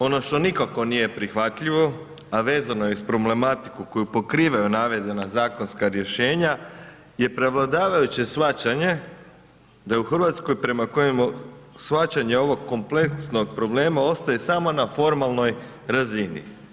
Ono što nikako nije prihvatljivo, a vezano je uz problematiku koju pokrivaju navedena zakonska rješenja je prevladavajuće shvaćanje da je u RH prema kojemu shvaćanje ovog kompleksnog problema ostaje samo na formalnoj razini.